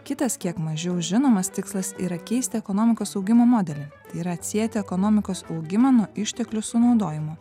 kitas kiek mažiau žinomas tikslas yra keisti ekonomikos augimo modelį ir atsieti ekonomikos augimą nuo išteklių sunaudojimo